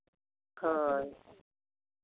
ᱦᱳᱭ